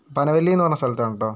പനവല്ലിയെന്ന് പറഞ്ഞ സ്ഥലത്താണ് കേട്ടോ